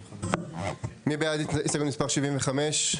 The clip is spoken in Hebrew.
מי בעד הסתייגות מספר 75?